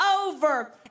over